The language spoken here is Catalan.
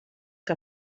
que